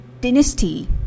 dynasty